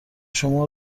شما